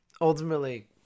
Ultimately